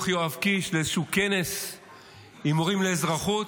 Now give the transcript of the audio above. יואב קיש לאיזשהו כנס עם מורים לאזרחות,